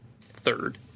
Third